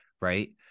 Right